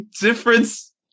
difference